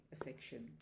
affection